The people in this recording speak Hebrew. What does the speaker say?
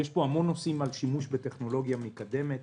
יש פה המון נושאים על שימוש בטכנולוגיה מתקדמת.